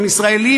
עם ישראלים,